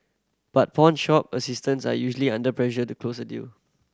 but pawnshop assistants are usually under pressure to close a deal